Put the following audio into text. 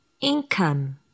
Income